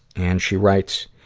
and she writes,